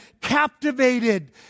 captivated